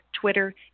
Twitter